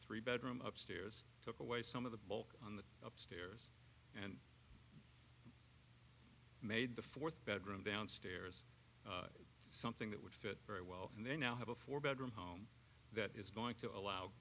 three bedroom upstairs took away some of the bulk on that and made the fourth bedroom downstairs something that would fit very well and they now have a four bedroom home that is going to allow